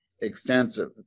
extensive